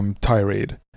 tirade